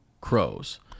crows